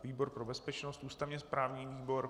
Výbor pro bezpečnost, ústavněprávní výbor.